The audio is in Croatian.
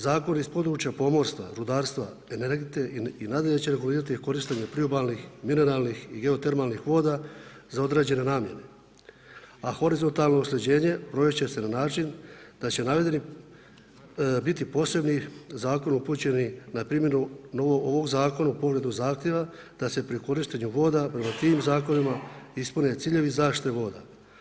Zakon iz područja pomorstva, rudarstva, energetike i nadalje će regulirati korištenje priobalnih mineralnih i geotermalnih voda za određene namjene, a horizontalno usklađenje provest će se na način da će … biti posebni zakoni upućeni na primjenu ovog zakona u pogledu zahtjeva da se pri korištenju voda prema tim zakonima ispune ciljevi zaštite voda.